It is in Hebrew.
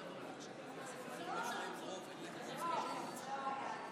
תוצאות ההצבעה: